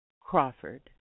Crawford